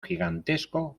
gigantesco